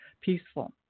peaceful